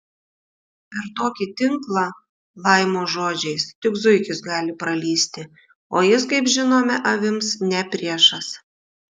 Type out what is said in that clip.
per tokį tinklą laimo žodžiais tik zuikis gali pralįsti o jis kaip žinome avims ne priešas